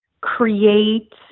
create